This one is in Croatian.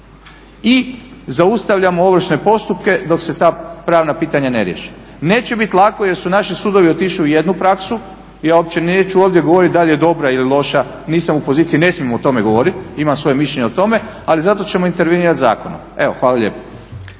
i zaustavljamo ovršne postupke dok se ta pravna pitanja ne riješe. Neće biti lako jer su naši sudovi otišli u jednu praksu i ja uopće neću ovdje govoriti da li je dobra ili loša, nisam u poziciji, ne smijem o tome govorit, imam svoje mišljenje o tome, ali zato ćemo intervenirat zakonom. Evo hvala lijepo.